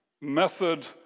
method